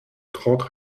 trente